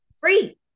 free